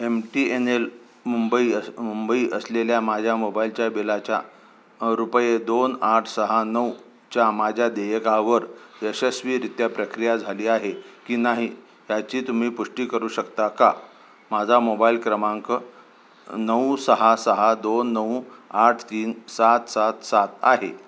M T N L Mumbai असं मुंबई असलेल्या माझ्या मोबाईलच्या बिलाच्या रुपये दोन आठ सहा नऊ च्या माझ्या देयकावर यशस्वीरित्या प्रक्रिया झाली आहे की नाही याची तुम्ही पुष्टी करू शकता का माझा मोबाईल क्रमांक नऊ सहा सहा दोन नऊ आठ तीन सात सात सात आहे